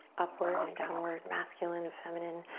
upward and downward, masculine and feminine.